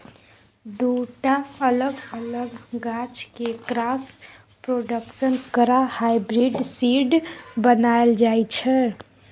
दु टा अलग अलग गाछ केँ क्रॉस प्रोडक्शन करा हाइब्रिड सीड बनाएल जाइ छै